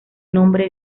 nombre